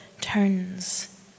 turns